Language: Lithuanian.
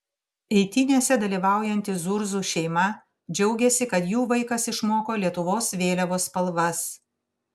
eitynėse dalyvaujanti zurzų šeima džiaugiasi kad jų vaikas išmoko lietuvos vėliavos spalvas